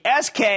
SK